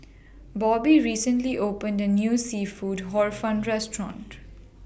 Bobby recently opened A New Seafood Hor Fun Restaurant